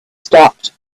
stopped